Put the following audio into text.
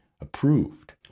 approved